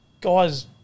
Guys